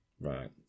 Right